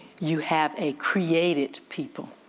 you have a created people.